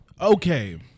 Okay